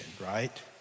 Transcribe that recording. right